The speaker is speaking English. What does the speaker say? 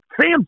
Sam